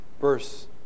Verse